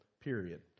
period